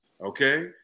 okay